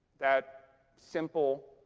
that simple